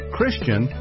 Christian